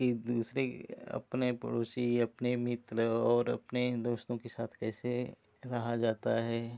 कि दूसरे अपने पड़ोसी अपने मित्र और अपने दोस्तों के साथ कैसे रहा जाता है